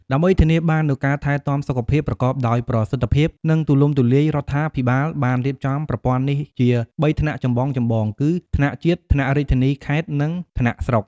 ដើម្បីធានាបាននូវការថែទាំសុខភាពប្រកបដោយប្រសិទ្ធភាព និងទូលំទូលាយ រដ្ឋាភិបាលបានរៀបចំប្រព័ន្ធនេះជា បីថ្នាក់ចម្បងៗគឺ ថ្នាក់ជាតិ ថ្នាក់រាជធានី/ខេត្ត និងថ្នាក់ស្រុក។